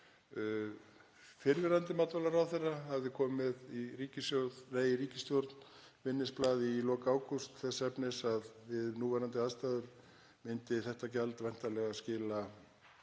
Fyrrverandi matvælaráðherra hafði komið með í ríkisstjórn minnisblað í lok ágúst þess efnis að við núverandi aðstæður myndi þetta gjald væntanlega skila